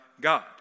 God